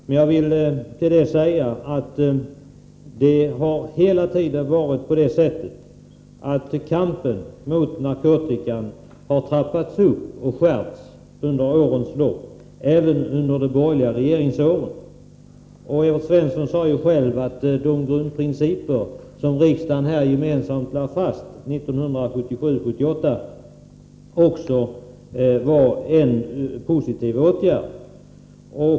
Låt mig till detta säga att kampen mot narkotikan under årens lopp hela tiden har trappats upp och skärpts, och det gäller även under de borgerliga regeringsåren. Evert Svensson sade själv att de grundprinciper som riksdagen lade fast vid riksmötet 1977/78 var positiva.